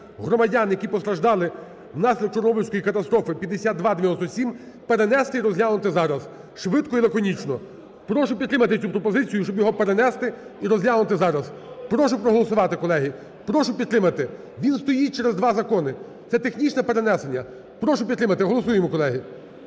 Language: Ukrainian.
громадян, які постраждали внаслідок Чорнобильської катастрофи" (5297) перенести і розглянути зараз швидко і лаконічно. Прошу підтримати цю пропозицію, щоб його перенести і розглянути зараз. Прошу проголосувати, колеги, прошу підтримати. Він стоїть через два закони, це технічне перенесення. Прошу підтримати. Голосуємо, колеги.